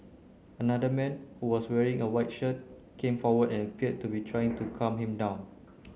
another man who was wearing a white shirt came forward and appeared to be trying to calm him down